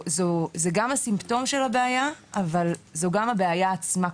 זה גם הסימפטום של הבעיה אבל זו גם הבעיה עצמה.